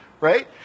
right